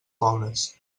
pobres